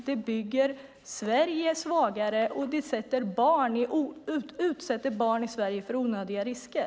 Det bygger Sverige svagare och utsätter barn i Sverige för onödiga risker.